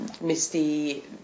Misty